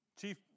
chief